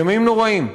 ימים נוראים.